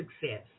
success